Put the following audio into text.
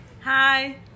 Hi